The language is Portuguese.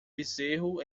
bezerro